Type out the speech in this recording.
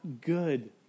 good